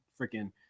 freaking